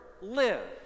live